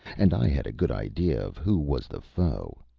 and i had a good idea of who was the foe.